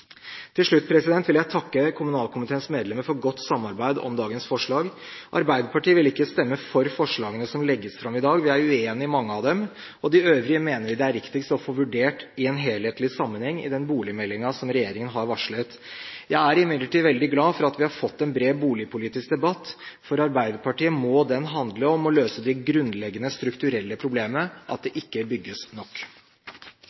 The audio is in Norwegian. Til slutt vil jeg takke kommunalkomiteens medlemmer for godt samarbeid om dagens forslag. Arbeiderpartiet vil ikke stemme for forslagene som legges fram i dag. Vi er uenig i mange av dem, og de øvrige mener vi det er riktigst å få vurdert i en helhetlig sammenheng i den boligmeldingen som regjeringen har varslet. Jeg er imidlertid veldig glad for at vi har fått en bred boligpolitisk debatt. For Arbeiderpartiet må den handle om å løse det grunnleggende strukturelle problemet – at det